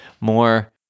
more